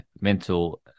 mental